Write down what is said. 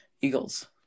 Eagles